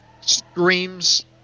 screams